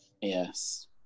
yes